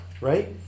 right